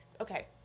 Okay